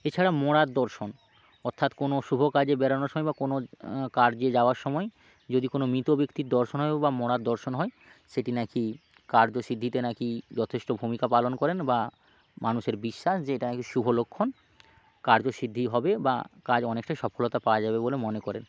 এছাড়া মরার দর্শন অর্থাৎ কোনো শুভ কাজে বেরানোর সময় বা কোনো কার্যে যাওয়ার সময় যদি কোনও মৃত ব্যক্তির দর্শন হয় বা মরার দর্শন হয় সেটি না কি কার্যসিদ্ধিতে না কি যথেষ্ট ভূমিকা পালন করেন বা মানুষের বিশ্বাস যে এটা না কি শুভ লক্ষণ কার্যসিদ্ধি হবে বা কাজ অনেকটাই সফলতা পাওয়া যাবে বলে মনে করেন